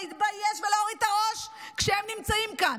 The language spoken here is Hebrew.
להתבייש ולהוריד את הראש כשהם נמצאים כאן.